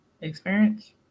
experience